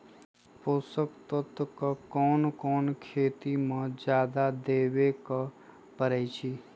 पोषक तत्व क कौन कौन खेती म जादा देवे क परईछी?